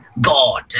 god